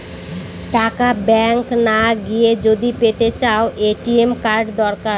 টাকা ব্যাঙ্ক না গিয়ে যদি পেতে চাও, এ.টি.এম কার্ড দরকার